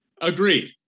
Agreed